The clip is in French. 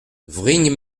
vrigne